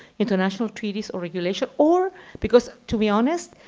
international treaties or regulations, or because, to be honest,